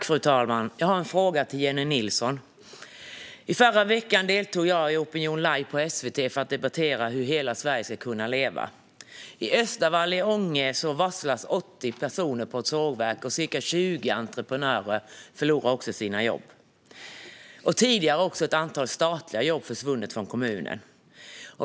Fru talman! Jag har en fråga till Jennie Nilsson. I förra veckan deltog jag i Opinion l ive i SVT för att debattera hur hela Sverige ska kunna leva. I Östavall i Ånge varslas 80 personer på ett sågverk, och ca 20 entreprenörer förlorar också sina jobb. Tidigare har också ett antal statliga jobb försvunnit från kommunen.